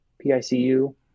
P-I-C-U